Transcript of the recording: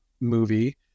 movie